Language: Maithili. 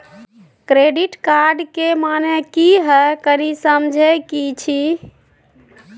क्रेडिट कार्ड के माने की हैं, कनी समझे कि छि?